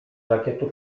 żakietu